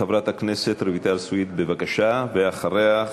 חברת הכנסת רויטל סויד, בבקשה, ואחריה,